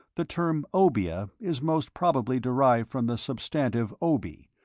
the term obeah is most probably derived from the substantive obi,